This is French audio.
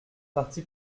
parti